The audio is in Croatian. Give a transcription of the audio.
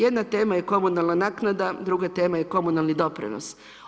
Jedna tema je komunalna naknada, druga tema je komunalni doprinos.